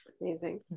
amazing